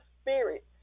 spirit